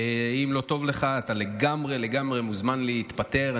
ואם לא טוב לך, אתה לגמרי לגמרי מוזמן להתפטר.